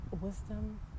Wisdom